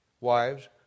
Wives